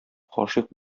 гашыйк